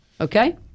okay